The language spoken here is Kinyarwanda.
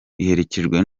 iherekejwe